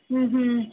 ਹੁੰ ਹੁੰ